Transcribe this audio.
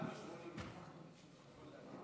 למעלה מ-80.